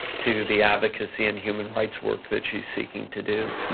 to the advocacy and human rights work that she's seeking to do.